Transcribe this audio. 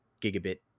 gigabit